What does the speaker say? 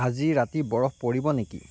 আজি ৰাতি বৰফ পৰিব নেকি